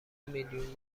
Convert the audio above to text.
میلیون